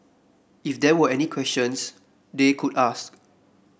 if there were any questions they could ask